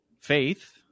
faith